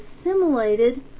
assimilated